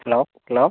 hello hello